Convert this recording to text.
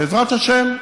בעזרת השם,